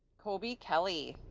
koby kelly